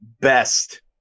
best